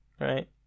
right